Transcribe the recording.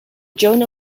joan